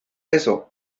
eso